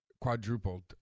quadrupled